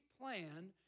plan